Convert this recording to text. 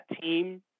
team